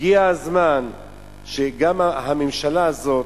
הגיע הזמן שגם הממשלה הזאת